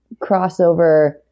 crossover